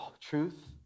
truth